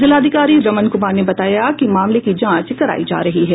जिलाधिकारी रमन कुमार ने बताया कि मामले की जांच करायी जा रही है